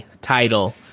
title